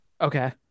okay